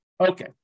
Okay